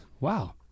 wow